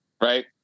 Right